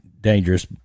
dangerous